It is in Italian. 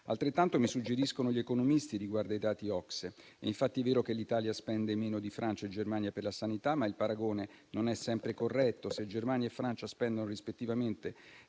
Altrettanto mi suggeriscono gli economisti riguardo ai dati OCSE: è infatti vero che l'Italia spende meno di Francia e Germania per la sanità, ma il paragone non è sempre corretto. Se Germania e Francia spendono rispettivamente